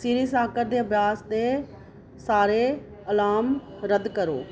सिरी साक्कर दे अभ्यास दे सारे अलार्म रद्द करो